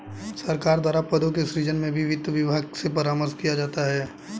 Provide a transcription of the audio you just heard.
सरकार के द्वारा पदों के सृजन में भी वित्त विभाग से परामर्श किया जाता है